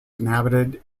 inhabited